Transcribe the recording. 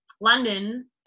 London